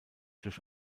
durch